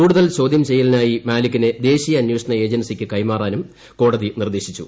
കൂടുതൽ ചോദ്യം ചെയ്യലിനായി മാലിക്കിനെ ദേശീയ അന്വേഷണ ഏജൻസിക്ക് കൈമാറാനും കോടതി നിർദ്ദേശിച്ചു